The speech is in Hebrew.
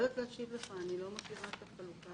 התשובה החלוטה